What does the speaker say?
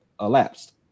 elapsed